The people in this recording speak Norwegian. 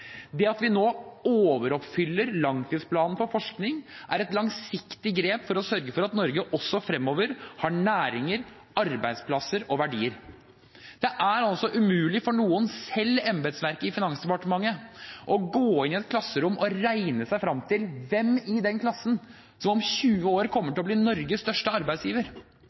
Det at vi nå overoppfyller langtidsplanen for forskning, er et langsiktig grep for å sørge for at Norge også fremover har næringer, arbeidsplasser og verdier. Det er umulig for noen, selv embetsverket i Finansdepartementet, å gå inn i et klasserom og regne seg frem til hvem i den klassen som om 20 år kommer til å bli Norges største arbeidsgiver,